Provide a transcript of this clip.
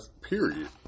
period